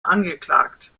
angeklagt